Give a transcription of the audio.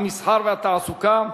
המסחר והתעסוקה,